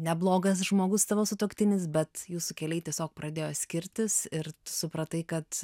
neblogas žmogus tavo sutuoktinis bet jūsų keliai tiesiog pradėjo skirtis ir supratai kad